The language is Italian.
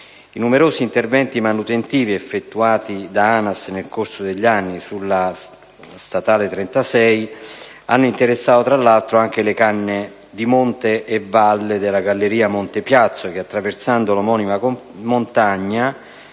I numerosi interventi manutentivi effettuati da ANAS nel corso degli anni sulla statale 36 hanno interessato, tra l'altro, anche le canne di monte e valle della galleria Monte Piazzo, che, attraversando l'omonima montagna,